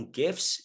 gifts